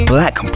Black